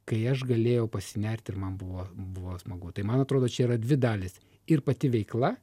kai aš galėjau pasinerti ir man buvo buvo smagu tai man atrodo čia yra dvi dalys ir pati veikla